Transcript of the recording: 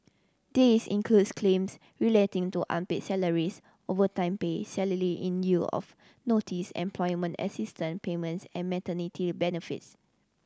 this includes claims relating to unpaid salaries overtime pay salary in lieu of notice employment assistance payments and maternity benefits